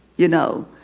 you know,